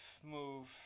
smooth